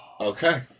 Okay